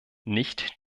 nicht